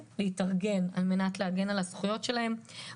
ולהתארגן על מנת להגן על הזכויות שלהם,